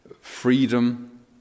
freedom